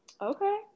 okay